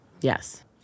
Yes